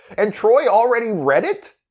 and troi already read it?